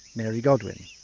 mary godwin.